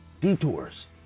detours